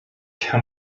how